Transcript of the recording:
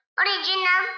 original